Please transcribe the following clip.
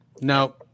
No